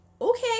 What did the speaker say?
okay